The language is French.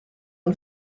une